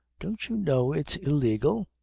don't you know it's illegal?